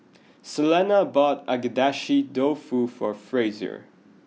Selena bought Agedashi Dofu for Frazier